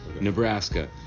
nebraska